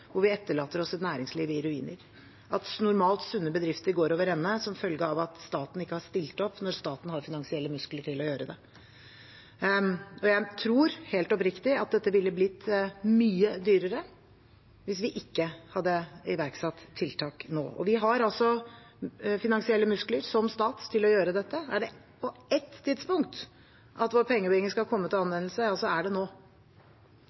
hvor vi etterlater oss et næringsliv i ruiner, at normalt sunne bedrifter går over ende som følge av at staten ikke har stilt opp når staten har finansielle muskler til å gjøre det. Jeg tror helt oppriktig at dette ville ha blitt mye dyrere hvis vi ikke hadde iverksatt tiltak nå, og vi har som stat finansielle muskler til å gjøre dette. Er det på ett tidspunkt vår pengebinge skal komme til anvendelse, er det nå.